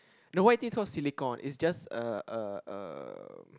the white thing is called silicon is just uh uh um